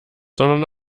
sondern